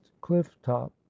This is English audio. cliff-top